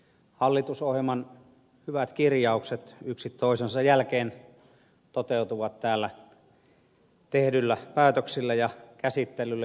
hallitusohjelman hyvät kirjaukset yksi toisensa jälkeen toteutuvat täällä tehdyillä päätöksillä ja käsittelyllä